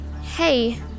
Hey